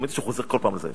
האמת שהוא חוזר כל פעם על זה,